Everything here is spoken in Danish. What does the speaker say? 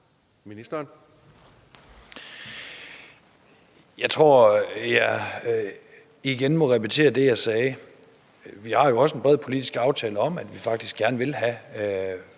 Jeg tror, jeg igen må repetere det, jeg har sagt. Vi har jo også en bred politisk aftale om, at vi faktisk gerne vil have